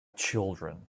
children